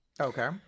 Okay